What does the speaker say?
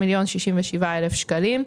3,067,000 שקלים.